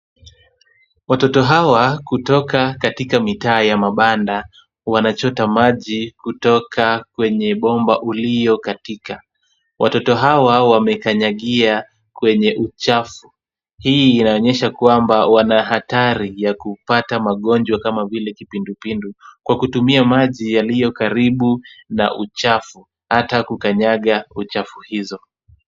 Watoto hawa kutoka katika mitaa ya mabanda, wanachota maji kutoka kwenye bomba uliokatika. Watoto hawa wamekanyagia kwenye uchafu. Hii inaonyesha kwamba wana hatari ya kupata magonjwa kama vile kipindupindu, kwa kutumia maji yaliyo karibu na uchafu ata kukanyanga uchafu hizo.